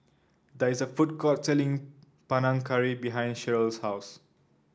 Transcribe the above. there is a food court selling Panang Curry behind Sheryl's house